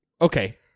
Okay